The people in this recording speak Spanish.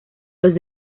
los